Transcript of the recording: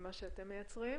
לכולם.